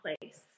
place